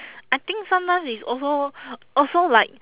I think sometimes it's also also like